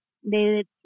de